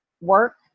work